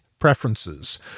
preferences